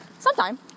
Sometime